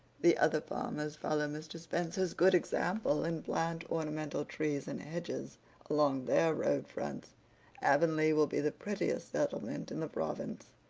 the other farmers follow mr. spencer's good example and plant ornamental trees and hedges along their road fronts avonlea will be the prettiest settlement in the province.